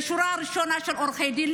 להביא את השורה הראשונה של עורכי הדין